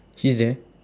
he's there